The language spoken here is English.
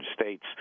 States